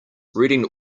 reading